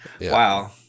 Wow